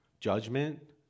Judgment